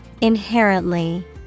Inherently